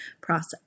process